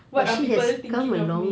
what are people thinking of me